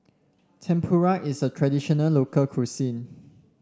tempura is a traditional local cuisine